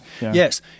yes